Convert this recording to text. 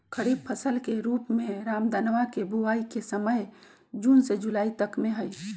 खरीफ फसल के रूप में रामदनवा के बुवाई के समय जून से जुलाई तक में हई